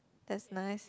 that's nice